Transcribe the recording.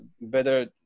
better